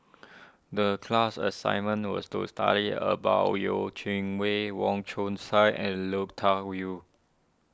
the class assignment was to study about Yeo Qing Wei Wong Chong Sai and Lui Tuck Yew